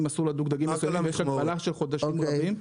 אסור לדוג דגים מסוימים ויש הגבלה של חודשים רבים.